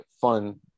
fun